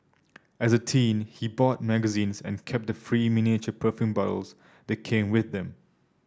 as a teen he bought magazines and kept the free miniature perfume bottles that came with them